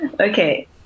Okay